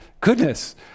goodness